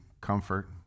comfort